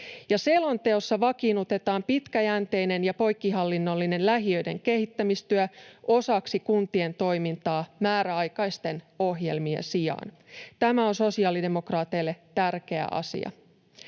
selonteossa vakiinnutetaan pitkäjänteinen ja poikkihallinnollinen lähiöiden kehittämistyö osaksi kuntien toimintaa määräaikaisten ohjelmien sijaan. Tämä on sosiaalidemokraateille tärkeä asia.